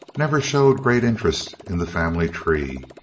never showed great interest in the family tree.